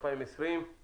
בוקר טוב,